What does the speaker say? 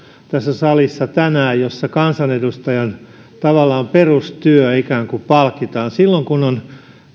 tässä salissa toinen esitys jossa kansanedustajan tavallaan perustyö ikään kuin palkitaan silloin kun on